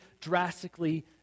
drastically